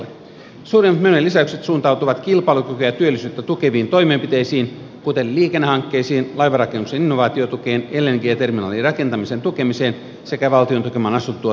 suuremmat menojen lisäykset suuntautuvat kilpailukykyä ja työllisyyttä tukeviin toimenpiteisiin kuten liikennehankkeisiin laivanrakennuksen innovaatiotukeen lng terminaalin rakentamisen tukemiseen sekä valtion tukeman asuntotuotannon vauhdittamiseen